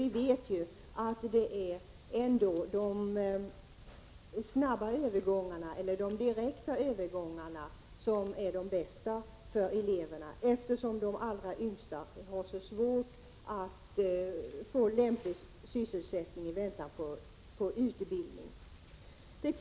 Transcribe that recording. Vi vet ju ändå att de direkta övergångarna är de bästa för eleverna, eftersom de allra yngsta har svårt att få lämplig sysselsättning i väntan på utbildning.